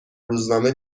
روزنامه